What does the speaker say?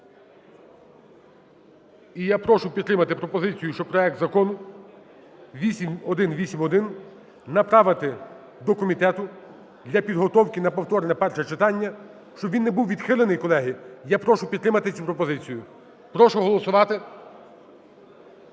І я прошу підтримати пропозицію, що проект Закону 8181 направити до комітету для підготовки на потворне перше читання. Щоб він не був відхилений, колеги, я прошу підтримати цю пропозицію. Прошу голосувати.